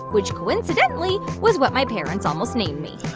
which, coincidentally, was what my parents almost named me